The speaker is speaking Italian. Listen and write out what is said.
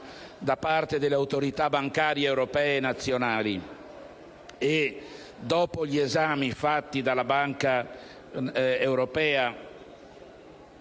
da parte delle autorità bancarie europee e nazionali e dopo gli esami fatti dalla banca europea